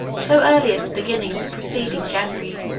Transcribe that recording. so early as the beginning of the preceding january,